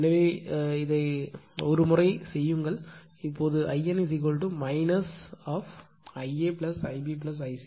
எனவே ஒரு முறை இதைச் செய்யுங்கள் இப்போது I n Ia Ib Ic